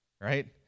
right